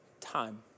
time